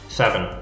seven